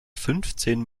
fünfzehn